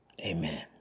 Amen